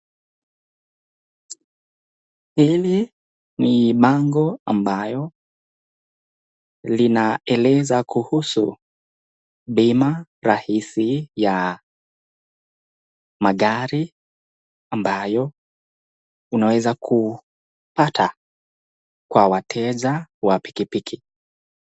Hili ni bango ambayo linaeleza kuhusu bima rahisi ya magari ambayo unaeza kupata kwa wateja wa pikipiki.